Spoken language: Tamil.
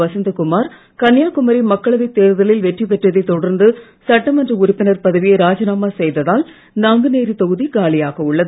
வசந்தகுமார் கன்னியாகுமரி மக்களவைத் தேர்தலில் வெற்றிபெற்றதைத் தொடர்ந்து சட்டமன்ற உறுப்பினர் பதவியை ராஜிநாமா செய்ததால் நாங்குனேரி தொகுதி காலியாக உள்ளது